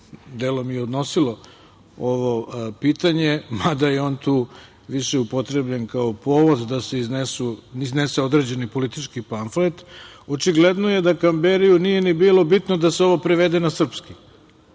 delom i odnosilo ovo pitanje, mada je on tu više upotrebljen kao povod da se iznese određeni politički pamflet, očigledno da Kamberiju nije ni bilo bitno da se ovo prevede na srpski.